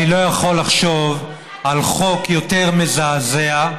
אני לא יכול לחשוב על חוק יותר מזעזע,